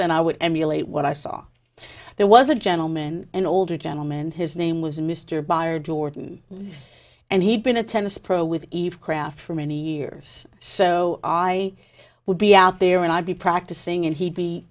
and i would emulate what i saw there was a gentleman an older gentleman his name was mr buyer jordan and he'd been a tennis pro with eve craft for many years so i would be out there and i'd be practicing and